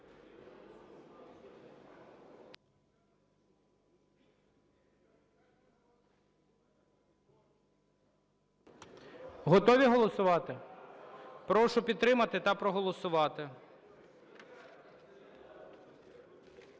Готові голосувати? Прошу підтримати та проголосувати.